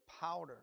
powder